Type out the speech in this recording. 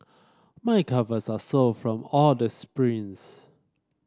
my calves are sore from all the sprints